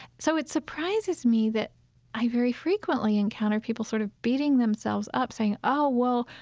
so it surprises me that i very frequently encounter people sort of beating themselves up, saying, oh, well,